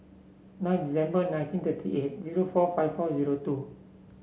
nine December nineteen thirty eight zero four five four zero two